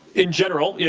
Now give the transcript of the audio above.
in general, yeah